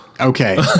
Okay